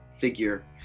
figure